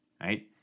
right